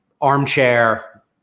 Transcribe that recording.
armchair